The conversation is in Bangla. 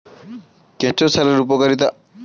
কেঁচো সারের উপকারিতা?